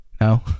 No